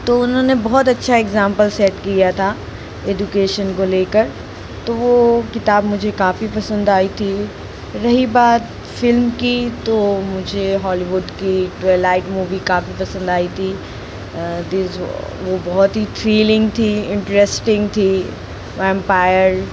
तो उन्होंने बहुत अच्छा एग्ज़ैम्पल सेट किया था एदुकेशन को लेकर तो वो किताब मुझे काफ़ी पसंद आई थी रही बात फ़िल्म की तो मुझे हॉलीवुड की ट्वेलाइट मूवी काफ़ी पसंद आई थी दिस वो बहुत ही थ्रीलिंग थी इन्ट्रस्टिंग थी वैम्पायअर